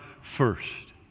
first